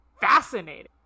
fascinating